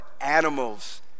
animals